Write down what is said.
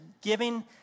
giving